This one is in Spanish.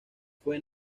fue